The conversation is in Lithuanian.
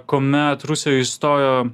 kuomet rusija išstojo